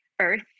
earth